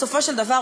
בסופו של דבר,